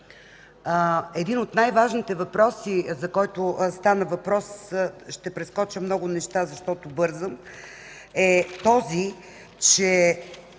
един от най-важните въпроси, за който стана въпрос – ще прескоча много неща, защото бързам, е този, че